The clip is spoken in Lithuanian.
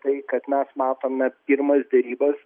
tai kad mes matome pirmas derybas